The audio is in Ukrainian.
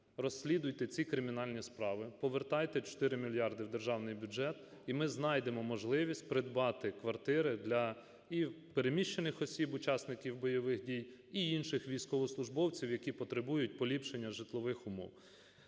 розслідуйте ці кримінальні справи, повертайте 4 мільярди у державний бюджет, і ми знайдемо можливість придбати квартири і для переміщених осіб, учасників бойових дій, і інших військовослужбовців, які потребують поліпшення житлових умов.